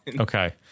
Okay